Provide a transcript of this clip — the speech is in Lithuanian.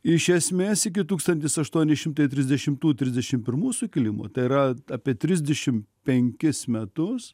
iš esmės iki tūkstantis aštuoni šimtai trisdešimtų trisdešim pirmų sukilimo tai yra apie trisdešim penkis metus